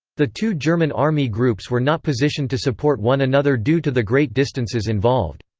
the two german army groups were not positioned to support one another due to the great distances involved.